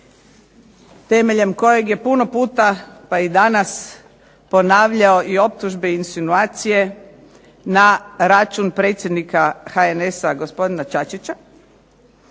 temeljem kojeg je puno puta pa i danas ponavljao i optužbe i insinuacije na račun predsjednika HNS-a, gospodina Čačića.